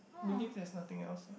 believe there's nothing else lah